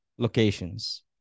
locations